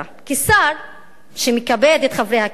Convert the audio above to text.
כשר שמכבד את חברי הכנסת,